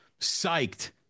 Psyched